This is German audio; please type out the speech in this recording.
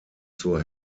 zur